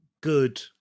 good